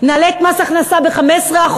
נעלה את מס הכנסה ב-15%?